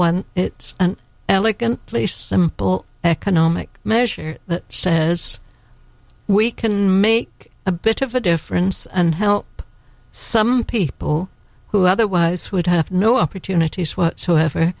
one it's an elegant place simple economic measure that says we can make a bit of a difference and help some people who otherwise would have no opportunities whatsoever